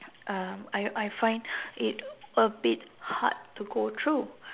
um I I find it a bit hard to go through